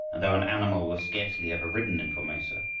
and though an animal was scarcely ever ridden in formosa,